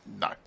No